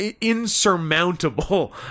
insurmountable